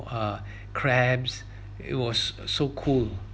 uh crabs it was so cool